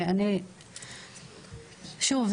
שוב,